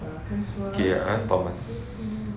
okay I ask thomas